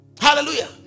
hallelujah